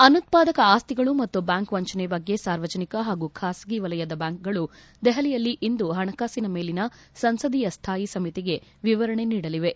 ಅನುತ್ಪಾದಕ ಆಸ್ತಿಗಳು ಮತ್ತು ಬ್ಯಾಂಕ್ ವಂಚನೆ ಬಗ್ಗೆ ಸಾರ್ವಜನಿಕ ಹಾಗೂ ಖಾಸಗಿ ವಲಯದ ಬ್ಯಾಂಕುಗಳು ದೆಹಲಿಯಲ್ಲಿ ಇಂದು ಹಣಕಾಸಿನ ಮೇಲಿನ ಸಂಸದೀಯ ಸ್ಲಾಯಿ ಸಮಿತಿಗೆ ವಿವರಣೆ ನೀಡಲಿವೆ